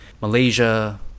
malaysia